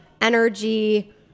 energy